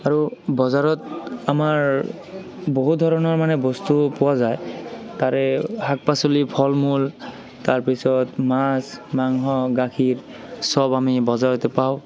আৰু বজাৰত আমাৰ বহুত ধৰণৰ মানে বস্তু পোৱা যায় তাৰে শাক পাচলি ফল মূল তাৰপিছত মাছ মাংস গাখীৰ চব আমি বজাৰতে পাওঁ